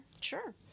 Sure